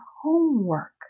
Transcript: homework